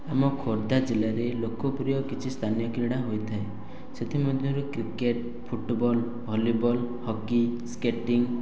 ଆମ ଖୋର୍ଦ୍ଧା ଜିଲ୍ଲାରେ ଲୋକପ୍ରିୟ କିଛି ସ୍ଥାନୀୟ କ୍ରିଡ଼ା ହୋଇଥାଏ ସେଥି ମଧ୍ୟରୁ cricket football volleyball hockey skating